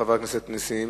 חבר הכנסת נסים,